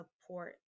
support